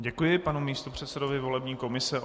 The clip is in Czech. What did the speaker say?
Děkuji panu místopředsedovi volební komise.